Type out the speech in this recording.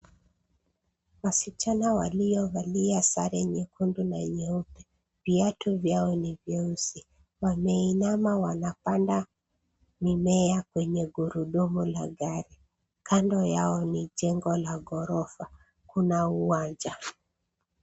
Wasichana waliovalia sare nyekundu na nyeupe viatu vyao ni vyeusi. Wameinama wanapanda mimea kwenye gurudumu la gari. Kando yao ni jengo la ghorofa. Kuna uwanja.